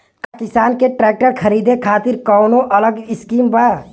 का किसान के ट्रैक्टर खरीदे खातिर कौनो अलग स्किम बा?